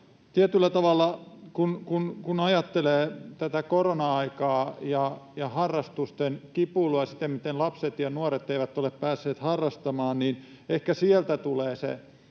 Tietyllä tavalla, kun ajattelee tätä korona-aikaa ja harrastusten kipuilua, sitä, miten lapset ja nuoret eivät ole päässeet harrastamaan, ehkä sieltä tulee se